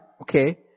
okay